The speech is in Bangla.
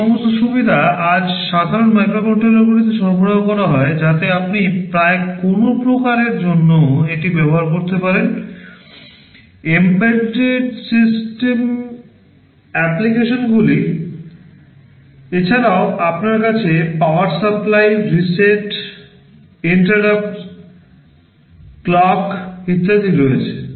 এই সমস্ত সুবিধা আজ সাধারণ মাইক্রোকন্ট্রোলারগুলিতে সরবরাহ করা হয় যাতে আপনি প্রায় কোনও প্রকারের জন্য এটি ব্যবহার করতে পারেন এম্বেডেড সিস্টেম অ্যাপ্লিকেশনগুলির এছাড়াও আপনার কাছে power supply reset interrupts clock ইত্যাদি রয়েছে